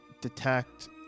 detect